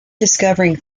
discovering